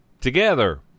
together